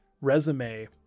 resume